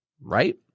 Right